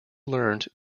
learned